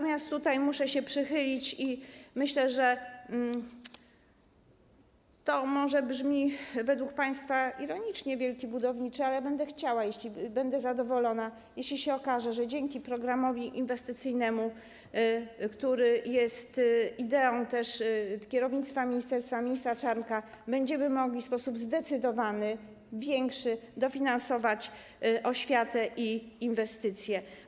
Muszę się do tego przychylić i myślę, że to może brzmi według państwa ironicznie - wielki budowniczy, ale będę zadowolona, jeśli się okaże, że dzięki programowi inwestycyjnemu, który jest ideą kierownictwa ministerstwa, ministra Czarnka, będziemy mogli w sposób zdecydowany, większy dofinansować oświatę i inwestycje.